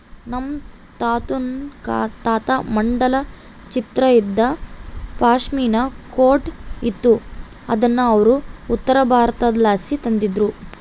ನಮ್ ತಾತುನ್ ತಾಕ ಮಂಡಲ ಚಿತ್ರ ಇದ್ದ ಪಾಶ್ಮಿನಾ ಕೋಟ್ ಇತ್ತು ಅದುನ್ನ ಅವ್ರು ಉತ್ತರಬಾರತುದ್ಲಾಸಿ ತಂದಿದ್ರು